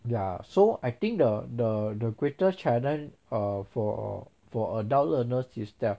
ya so I think the the the greatest challenge err for for adult learners is that